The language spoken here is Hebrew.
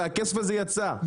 הכסף הזה יצא.